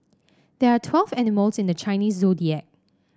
there are twelve animals in the Chinese Zodiac